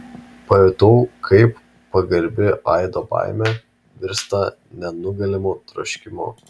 pajutau kaip pagarbi aido baimė virsta nenugalimu troškimu